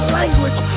language